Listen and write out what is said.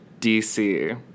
DC